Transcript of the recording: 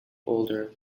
older